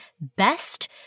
best